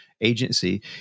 agency